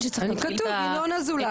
ינון אזולאי,